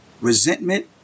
resentment